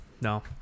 No